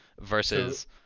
versus